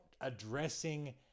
addressing